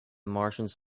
martians